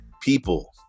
people